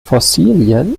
fossilien